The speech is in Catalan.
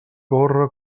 corre